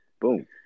Boom